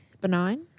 benign